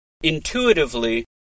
Intuitively